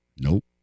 Nope